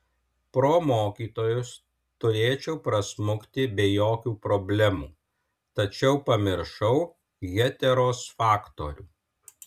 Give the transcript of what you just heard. pro mokytojus turėčiau prasmukti be jokių problemų tačiau pamiršau heteros faktorių